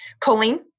Choline